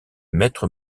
maître